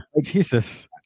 Jesus